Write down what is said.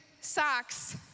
socks